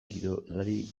kirolari